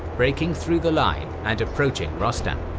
breaking through the line and approaching rostam.